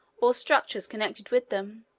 or structures connected with them,